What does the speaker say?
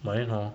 but then hor